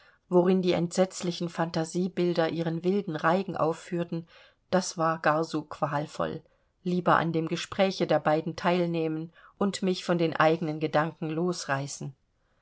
worin die entsetzlichen phantasiebilder ihren wilden reigen aufführten das war gar so qualvoll lieber an dem gespräche der beiden teilnehmen und mich von den eigenen gedanken losreißen